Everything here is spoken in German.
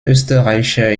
österreicher